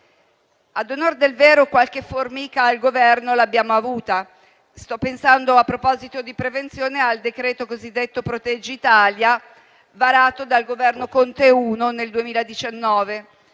Ad onor del vero, qualche formica al Governo l'abbiamo avuta: sto pensando, a proposito di prevenzione, al DPCM cosiddetto Proteggi Italia, varato dal Governo Conte I nel 2019,